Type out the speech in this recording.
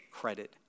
credit